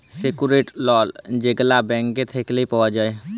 secured loan যেগলা bank থ্যাইকে পাউয়া যায়